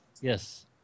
yes